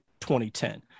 2010